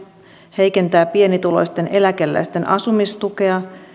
heikentää pienituloisten eläkeläisten asumistukea